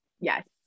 Yes